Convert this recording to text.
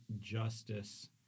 justice